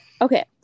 Okay